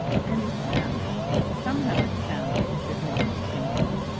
and it sounds somehow it sounds, said mr. skimpole,